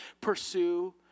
pursue